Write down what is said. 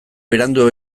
berandu